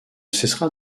cessera